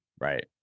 Right